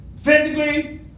Physically